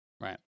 Right